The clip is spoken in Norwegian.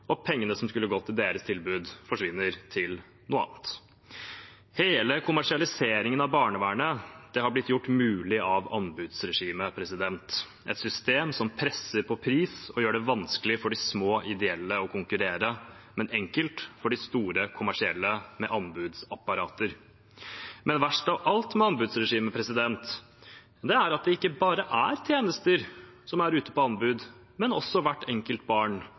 når pengene som skulle gå til deres tilbud, forsvinner til noe annet. Hele kommersialiseringen av barnevernet har blitt gjort mulig av anbudsregimet – et system som presser på pris og gjør det vanskelig for de små ideelle å konkurrere, men enkelt for de store kommersielle med anbudsapparater. Men verst av alt med anbudsregimet er at det ikke bare er tjenester som er ute på anbud, men også hvert enkelt barn,